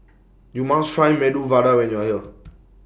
YOU must Try Medu Vada when YOU Are here